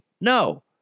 No